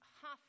half